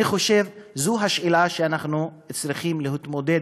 אני חושב שזו השאלה שאנחנו צריכים להתמודד